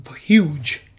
huge